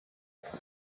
rwanda